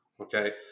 Okay